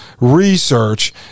research